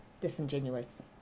disingenuous